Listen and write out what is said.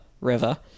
River